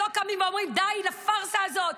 הקואליציה, שלא קמים ואומרים: די לפארסה הזאת.